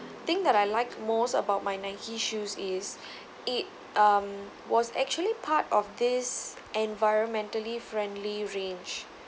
thing that I like most about my Nike shoes is it um was actually part of this environmentally friendly range